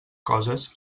coses